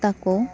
ᱛᱟᱠᱚ